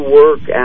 work